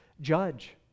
judge